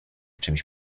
czymś